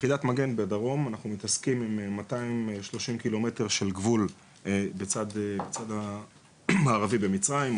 אנחנו מתעסקים עם 230 ק"מ של גבול בצד המערבי במצרים,